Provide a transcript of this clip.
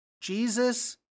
Jesus